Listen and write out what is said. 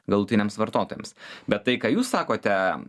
galutiniams vartotojams bet tai ką jūs sakote